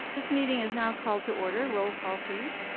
this meeting is now called to order. roll call, please.